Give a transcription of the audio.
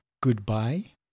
goodbye